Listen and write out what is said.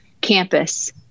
campus